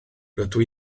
rydw